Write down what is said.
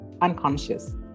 unconscious